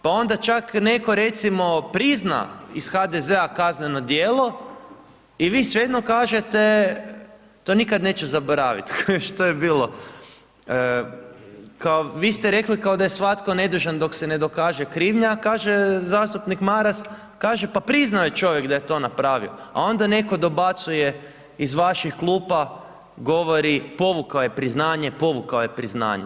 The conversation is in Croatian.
Pa onda čak netko recimo prizna iz HDZ-a kazneno djelo i vi svejedno kažete, to nikad neću zaboraviti kao što je bilo, kao, vi ste rekli kao da je svatko nedužan dok se ne dokaže krivnja a kaže zastupnik Maras kaže pa priznao je čovjek da je to napravio a onda netko dobacuje iz vaših klupa govori, povukao je priznanje, povukao je priznanje.